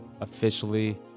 officially